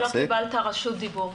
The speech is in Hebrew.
תציג את עצמך